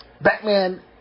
Batman